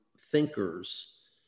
thinkers